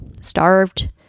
starved